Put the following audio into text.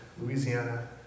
Louisiana